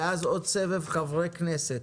ואז עוד סבב של חברי הכנסת.